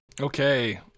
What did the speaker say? Okay